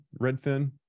Redfin